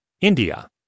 India